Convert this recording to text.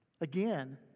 Again